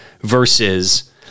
versus